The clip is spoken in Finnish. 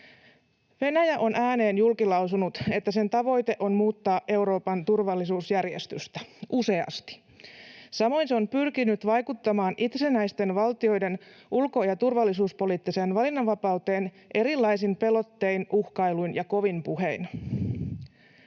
Venäjä on ääneen julkilausunut, että sen tavoite on muuttaa Euroopan turvallisuusjärjestystä — useasti. Samoin se on pyrkinyt vaikuttamaan itsenäisten valtioiden ulko- ja turvallisuuspoliittiseen valinnanvapauteen erilaisin pelottein, uhkailuin ja kovin puhein.